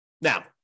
Now